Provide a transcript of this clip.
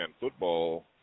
football